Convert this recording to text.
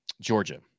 Georgia